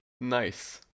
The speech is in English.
Nice